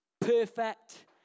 perfect